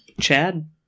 Chad